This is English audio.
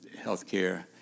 healthcare